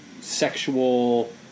sexual